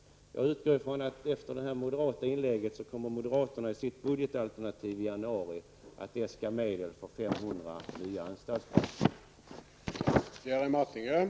Jag utgår ifrån att moderaterna, efter det här moderata inlägget, kommer att äska medel för 500 nya anstalter i sitt budgetalternativ i januari.